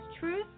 Truth